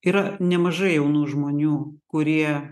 yra nemažai jaunų žmonių kurie